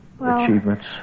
achievements